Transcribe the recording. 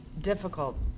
difficult